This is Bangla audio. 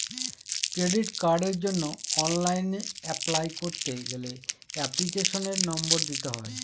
ক্রেডিট কার্ডের জন্য অনলাইন অ্যাপলাই করতে গেলে এপ্লিকেশনের নম্বর দিতে হয়